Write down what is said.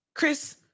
Chris